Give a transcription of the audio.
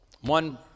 One